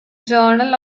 journal